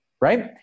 right